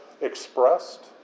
expressed